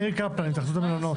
ניר קפלן, התאחדות המלונות.